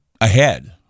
ahead